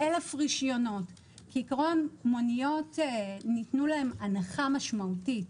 כעיקרון למוניות ניתנה הנחה משמעותית,